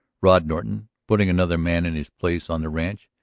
rod norton, putting another man in his place on the ranch,